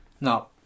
no